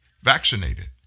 vaccinated